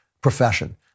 profession